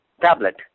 tablet